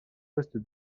poste